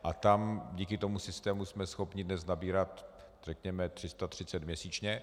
A tam díky tomu systému jsme schopni dnes nabírat řekněme 330 měsíčně.